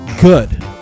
good